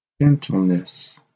gentleness